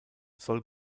soll